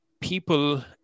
people